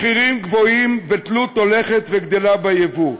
מחירים גבוהים ותלות הולכת וגדלה ביבוא,